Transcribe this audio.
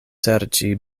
serĉi